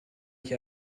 ich